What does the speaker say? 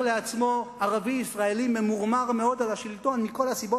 אומר לעצמו ערבי-ישראלי ממורמר מאוד על השלטון מכל הסיבות,